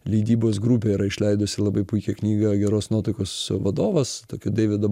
leidybos grupė yra išleidusi labai puikią knygą geros nuotaikos vadovas tokio deivido